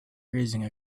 raising